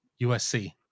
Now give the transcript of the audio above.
usc